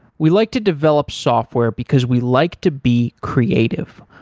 we like to develop software because we like to be creative.